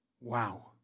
Wow